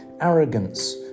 arrogance